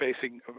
facing